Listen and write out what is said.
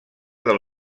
del